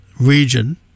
region